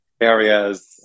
areas